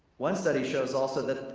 one study shows also that,